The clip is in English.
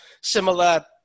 similar